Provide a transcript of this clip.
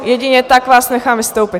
Jedině tak vás nechám vystoupit.